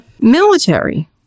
Military